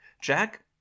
Jack